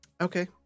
Okay